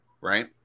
right